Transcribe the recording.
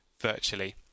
virtually